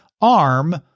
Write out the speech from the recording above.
ARM